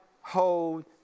hold